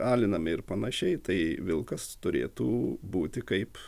alinami ir panašiai tai vilkas turėtų būti kaip